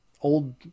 old